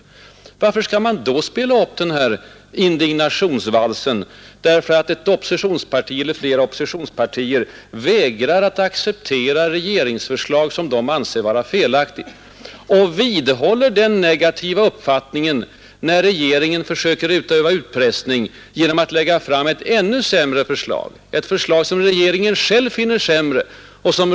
Men om så är fallet, varför skall ni då spela upp den här indignationsvalsen därför att oppositionspartierna vägrar att acceptera det regeringsförslag som de anser vara felaktigt och vidhåller sin negativa uppfattning när regeringen försöker öva utpressning genom att lägga fram ett förslag som regeringen själv finner ännu sämre?